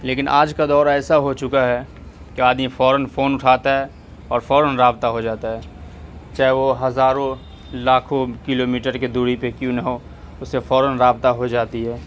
لیکن آج کا دور ایسا ہو چکا ہے کہ آدمی فوراً فون اٹھاتا ہے اور فوراً رابطہ ہو جاتا ہے چاہے وہ ہزاروں لاکھوں کیلومیٹر کے دوری پے کیوں نہ ہو اسے فوراً رابطہ ہو جاتی ہے